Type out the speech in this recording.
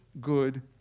good